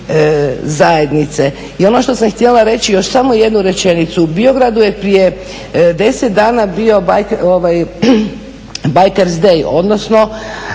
zajednice. I ono što sam htjela reći, još samo jednu rečenicu, u Biogradu je prije 10 dana bio biker's day odnosno